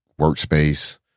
Workspace